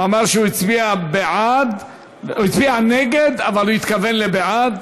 אמר שהוא הצביע נגד, אבל הוא התכוון בעד.